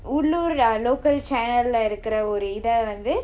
உள்ளூர்:ullur um local channel leh இருக்குற ஒரு இதை வந்து:irukkura oru ithai vandhu